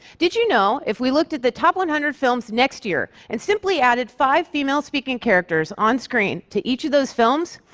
did you know if we looked at the top one hundred films next year and simply added five female speaking characters on-screen to each of those films,